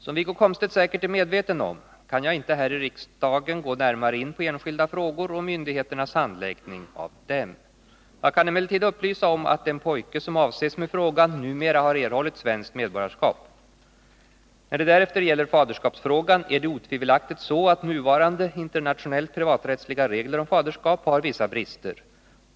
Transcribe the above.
Som Wiggo Komstedt säkert är medveten om kan jag inte här i riksdagen gå närmare in på enskilda frågor och myndigheternas handläggning av dem. Jag kan emellertid upplysa om att den pojke som avses med frågan numera har erhållit svenskt medborgarskap. När det därefter gäller faderskapsfrågan är det otvivelaktigt så, att nuvarande internationellt privaträttsliga regler om faderskap har vissa brister.